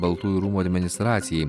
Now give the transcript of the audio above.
baltųjų rūmų administracijai